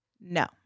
no